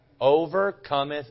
Overcometh